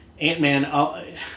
Ant-Man